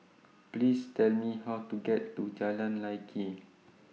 Please Tell Me How to get to Jalan Lye Kwee